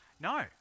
No